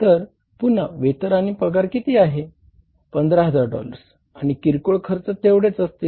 तर पुन्हा वेतन आणि पगार किती आहे 15000 डॉलर्स आणि किरकोळ खर्च तेवढेच असतील